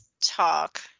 talk